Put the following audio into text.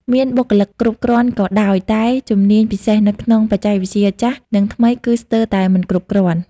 មានបុគ្គលិកគ្រប់គ្រាន់ក៏ដោយ តែជំនាញពិសេសនៅក្នុងបច្ចេកវិទ្យាចាស់ និងថ្មីគឺស្ទើរតែមិនគ្រប់គ្រាន់។